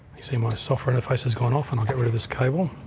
you see my software interface has gone off and i'll get rid of this cable.